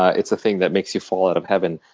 ah it's the thing that makes you fall out of heaven.